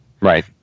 Right